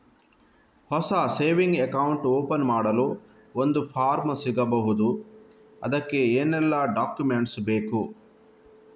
ಹೊಸ saving account open ಮಾಡಲು ಒಂದು ಫಾರ್ಮ್ ಸಿಗಬಹುದು? ಅದಕ್ಕೆ ಏನೆಲ್ಲಾ ಡಾಕ್ಯುಮೆಂಟ್ಸ್ ಬೇಕು?